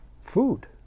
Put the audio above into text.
food